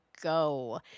go